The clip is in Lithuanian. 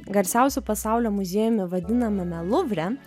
garsiausiu pasaulio muziejumi vadinamame luvre